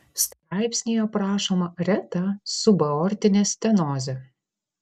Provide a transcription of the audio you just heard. straipsnyje aprašoma reta subaortinė stenozė